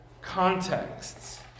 contexts